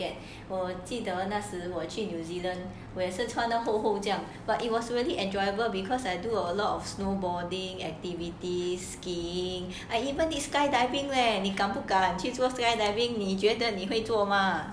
我只记得那时我去 new zealand 我也是穿着厚厚这样 but it was really enjoyable because I do a lot of snowboarding activities skiing I even did skydiving leh 你敢不敢去做 skydiving 你觉得你会做吗